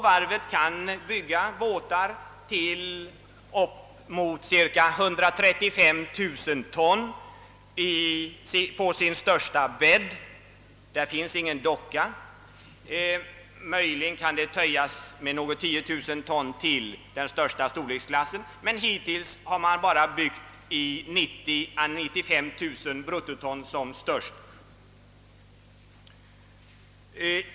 Varvet kan bygga båtar till uppemot ca 135 000 ton på sin största bädd. Hittills har man bara byggt fartyg på 90000 å 95 000 bruttoton som störst.